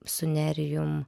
su nerijum